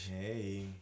Hey